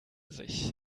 sich